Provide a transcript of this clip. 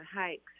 hikes